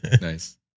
Nice